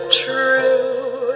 true